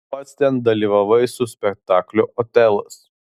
pats ten dalyvavai su spektakliu otelas